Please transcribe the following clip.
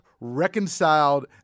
reconciled